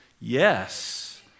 Yes